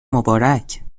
مبارک